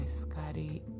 Scotty